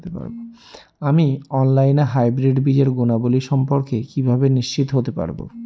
আমি অনলাইনে হাইব্রিড বীজের গুণাবলী সম্পর্কে কিভাবে নিশ্চিত হতে পারব?